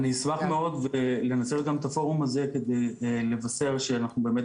אני אשמח מאוד גם לנצל את הפורום הזה כדי לבשר שאנחנו באמת